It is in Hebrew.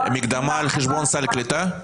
מקדמה על חשבון סל קליטה?